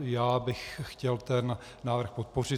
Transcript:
Já bych chtěl ten návrh podpořit.